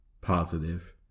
positive